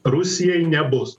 rusijai nebus